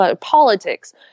politics